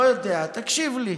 לא יודע, תקשיב לי.